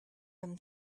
them